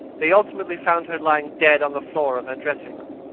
they ultimately found her lying dead on the floor of her dressing-room.